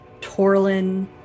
Torlin